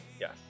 yes